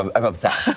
um i'm obsessed.